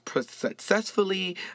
successfully